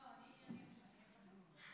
אדוני היושב-ראש,